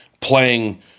playing